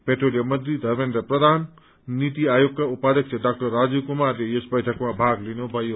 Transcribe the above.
petroleum मन्त्री धर्मेन्द्र प्रधान नीति आयोगका उपाध्यक्ष डा राजीव कुमारले बैठकमा भाग लिनुभयो